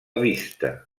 vista